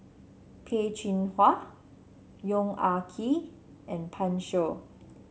Peh Chin Hua Yong Ah Kee and Pan Shou